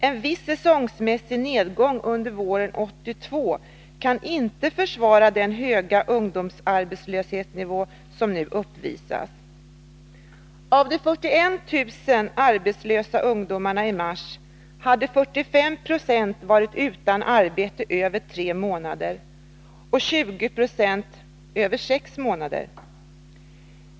En viss säsongmässig nedgång under våren 1982 kan inte försvara den höga ungdomsarbetslöshetsnivå som nu uppvisas. Av de 41 000 ungdomar som var arbetslösa i mars hade 45 9 varit utan arbete över tre månader och 20 26 över sex månader.